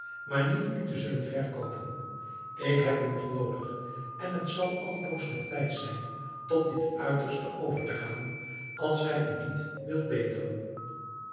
maar niet u te zullen verkoopen ik heb u nog noodig en het zal altoos nog tijd zijn tot dit uiterste over te gaan als gij u niet wilt beteren